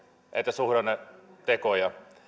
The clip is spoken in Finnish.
että suhdannetekoja